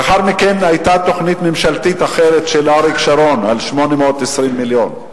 לאחר מכן היתה תוכנית ממשלתית אחרת של אריק שרון על 820 מיליון.